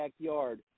backyard